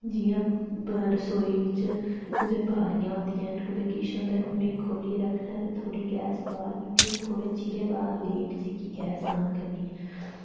जि'यां ब रसोई बिच कुतै बारियां होंदियां न कुतै किश होंदा न उ'नेई खोह्लियै रक्खना ते थोह्ड़ी गैस बाह्र कड्ढियै थोह्ड़े चिरे बाद लेट जेह्की गैस आन करनी ऐ